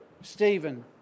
Stephen